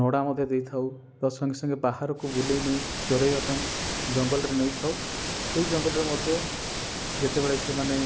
ନଡ଼ା ମଧ୍ୟ ଦେଇଥାଉ ତତ୍ସଙ୍ଗେ ସଙ୍ଗେ ବାହାରକୁ ବୁଲେଇ ନେଇ ଚରେଇବା ପାଇଁ ଜଙ୍ଗଲରେ ନେଇଥାଉ ସେଇ ଜଙ୍ଗଲରେ ମଧ୍ୟ ଯେତେବେଳେ ସେମାନେ